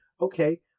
Okay